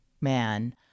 man